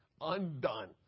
undone